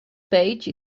page